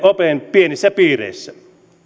opein erittäin pienessä piirissä